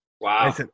Wow